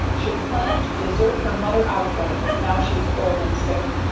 should plan to desert her mother outright now she's old and sick!